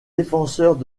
défenseurs